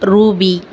ruby